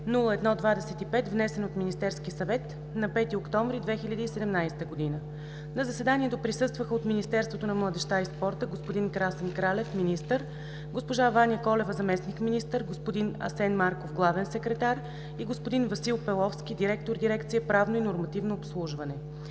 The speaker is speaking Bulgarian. внесен от Министерския съвет на 5 октомври 2017 г. На заседанието присъстваха от Министерството на младежта и спорта: господин Красен Кралев – министър, госпожа Ваня Колева – заместник-министър, господин Асен Марков – главен секретар, и господин Васил Пеловски – директор дирекция „Правно и нормативно обслужване“.